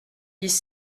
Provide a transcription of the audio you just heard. dix